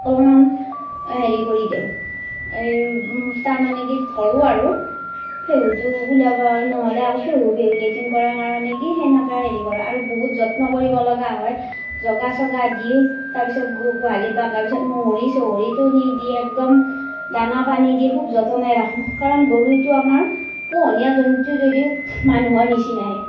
অলপমান হেৰি কৰি দিওঁ এই তাৰমানে কি ধৰোঁ আৰু ফেহুটো ওলাব নহ'লে আকৌ ফেহু ফেহু লেট্ৰিন কৰাৰ কাৰণে কি সেনেকৈ হেৰি কৰোঁ আৰু বহুত যত্ন কৰিব লগা হয় জগা চগা দিওঁ তাৰপিছত গো গোহালিত বান্ধাৰ পিছত মহৰি চহৰিটো নি দিয়ে একদম দানা পানী দি খুব যতনাই ৰাখোঁ কাৰণ গৰুটো আমাৰ পোহনীয়া জন্তু যদিও মানুহৰ নিচিনাই